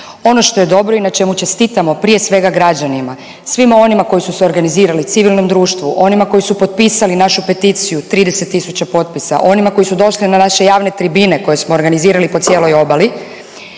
Ono što je dobro i na čemu čestitamo prije svega građanima, svima onima koji su se organizirali civilnom društvu, onima koji su potpisali našu peticiju 30 tisuća potpisa, onima koji su došli na naše javne tribine koje smo organizirali po cijeloj obali